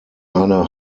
eine